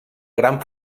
gran